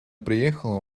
приехала